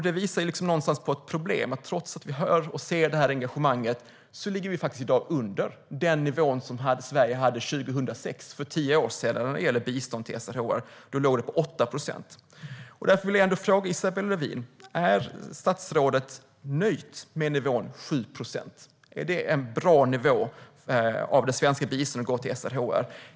Det visar på ett problem: Trots att vi hör och ser det här engagemanget ligger vi i dag under den nivå för bistånd till SRHR som Sverige hade 2006, alltså för tio år sedan. Då låg det på 8 procent. Därför vill jag fråga Isabella Lövin: Är statsrådet nöjd med nivån 7 procent? Är det en bra nivå för andelen av det svenska biståndet som går till SRHR?